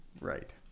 Right